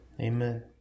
Amen